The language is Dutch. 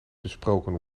besproken